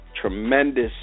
Tremendous